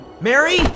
Mary